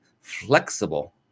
flexible